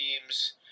teams